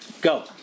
Go